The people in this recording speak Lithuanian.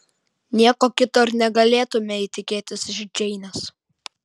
nieko kito ir negalėtumei tikėtis iš džeinės